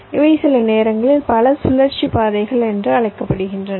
இவை சில நேரங்களில் பல சுழற்சி பாதைகள் என்று அழைக்கப்படுகின்றன